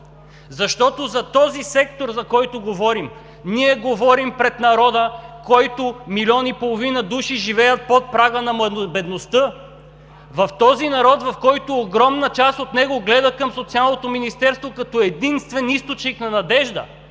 защото за сектора, за който говорим, ние говорим пред народа, в който милион и половина души живеят под прага на бедността, народа, в който огромна част гледа към Социалното министерство като единствен източник на надежда,